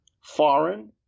foreign